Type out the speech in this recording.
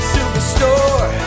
Superstore